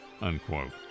unquote